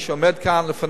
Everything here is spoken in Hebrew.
שעומד כאן לפניך,